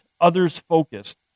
others-focused